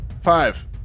Five